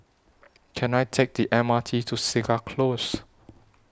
Can I Take The M R T to Segar Close